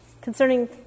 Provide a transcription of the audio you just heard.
concerning